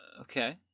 Okay